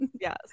yes